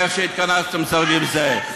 איך שהתכנסתם סביב זה.